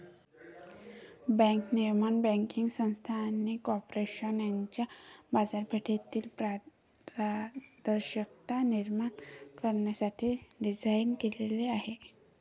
bank नियमन banking संस्था आणि कॉर्पोरेशन यांच्यात बाजारपेठेतील पारदर्शकता निर्माण करण्यासाठी डिझाइन केलेले आहे